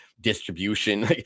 distribution